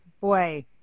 boy